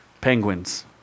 Penguins